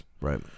right